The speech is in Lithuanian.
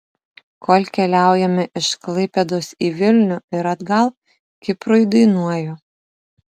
kol keliaujame iš klaipėdos į vilnių ir atgal kiprui dainuoju